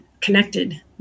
connected